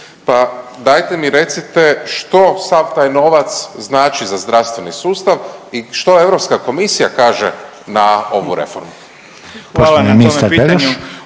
Pa dajte mi recite što sav taj novac znači za zdravstveni sustav i što Europska komisija kaže na ovu reformu. **Reiner,